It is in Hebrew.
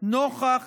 נוכח